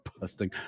busting